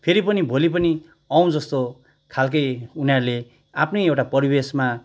फेरि पनि भोलि पनि आउँजस्तो खालको उनीहरूले आफ्नै एउटा परिवेशमा